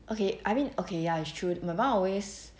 okay I mean okay ya it's true my mum always